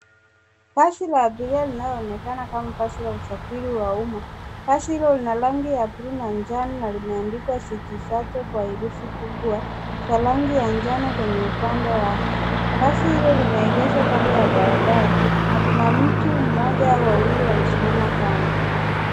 Basi la abiria linaloonekana kana basi la usafiri wa umma. Basi hilo lina rangi ya buluu na njano na limeandikwa city shuttle kwa herufi kubwa za rangi ya njano kwenye upande wake. Basi hilo limeegeshwa kando ya barabara na kuna mtu mmoja au wawili wamesimama kando.